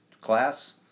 class